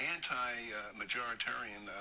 anti-majoritarian